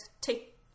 take